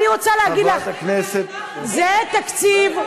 זה תקציב,